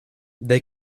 they